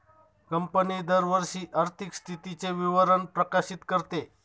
company दरवर्षी आर्थिक स्थितीचे विवरण प्रकाशित करते